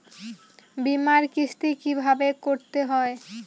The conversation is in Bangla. বিমার কিস্তি কিভাবে করতে হয়?